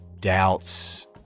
doubts